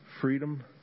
freedom